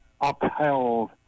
upheld